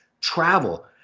travel